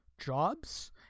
jobs